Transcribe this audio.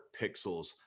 pixels